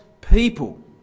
people